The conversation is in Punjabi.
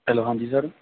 ਹੈਲੋ ਹਾਂਜੀ ਸਰ